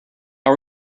how